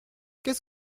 qu’est